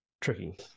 tricky